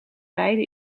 beide